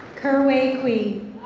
ker wei kwee.